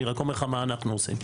אני רק אומר לך מה שאנחנו עושים,